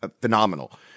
Phenomenal